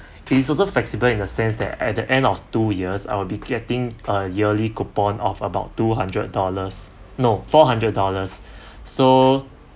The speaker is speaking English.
it is also flexible in a sense there at the end of two years I will be getting a yearly coupon of about two hundred dollars no four hundred dollars so